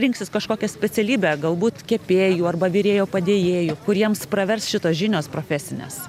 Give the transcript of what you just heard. rinksis kažkokią specialybę galbūt kepėjų arba virėjo padėjėjų kur jiems pravers šitos žinios profesinės